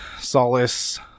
Solace